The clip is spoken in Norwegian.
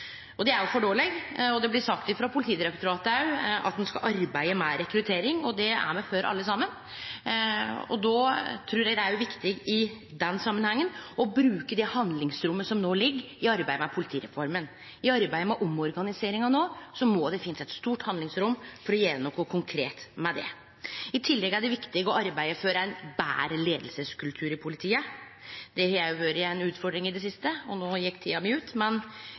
Det er for dårleg. Det blir sagt frå Politidirektoratet at ein òg skal arbeide med rekruttering, og det er me for alle saman. Eg trur det er viktig i den samanhengen å bruke det handlingsrommet som no ligg, i arbeidet med politireforma. I arbeidet med omorganiseringa må det finnast eit stort handlingsrom for å gjere noko konkret med det. I tillegg er det viktig å arbeide for ein betre leiingskultur i politiet. Det har òg vore ei utfordring i det siste. No gjekk tida mi ut, men